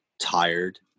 tired